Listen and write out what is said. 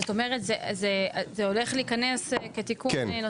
זאת אומרת, זה הולך להיכנס כתיקון?